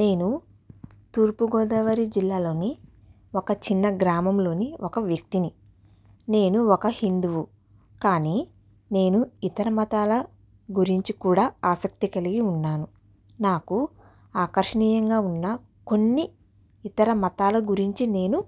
నేను తూర్పు గోదావరి జిల్లాలోని ఓ చిన్న గ్రామంలోని ఒక వ్యక్తిని నేను ఒక హిందువు కానీ నేను ఇతర మతాల గురించి కూడా ఆసక్తి కలిగి ఉన్నాను నాకు ఆకర్షణీయంగా ఉన్న కొన్ని ఇతర మతాల గురించి నేను